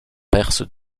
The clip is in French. perses